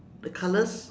the colours